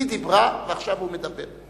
היא דיברה ועכשיו הוא מדבר.